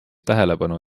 tähelepanu